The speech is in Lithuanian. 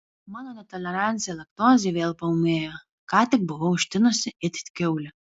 mano netolerancija laktozei vėl paūmėjo ką tik buvau ištinusi it kiaulė